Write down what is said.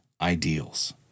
ideals